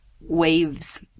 waves